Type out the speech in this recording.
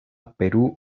perú